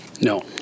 No